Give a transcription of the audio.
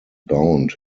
bound